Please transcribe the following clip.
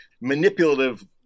manipulative